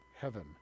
heaven